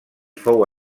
fou